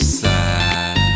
sad